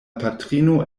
patrino